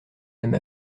même